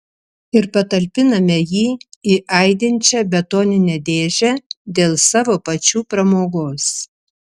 ir patalpiname jį į aidinčią betoninę dėžę dėl savo pačių pramogos